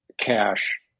cash